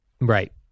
Right